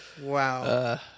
Wow